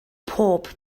pob